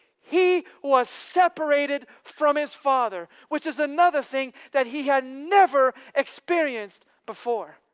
he was separated from his father, which is another thing that he had never experienced before.